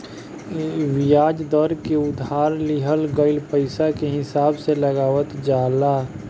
बियाज दर के उधार लिहल गईल पईसा के हिसाब से लगावल जाला